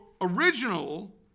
original